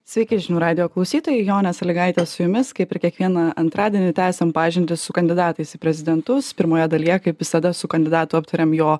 sveiki žinių radijo klausytojai jonė salygaitė su jumis kaip ir kiekvieną antradienį tęsiam pažintį su kandidatais į prezidentus pirmoje dalyje kaip visada su kandidatu aptariam jo